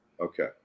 okay